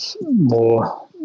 more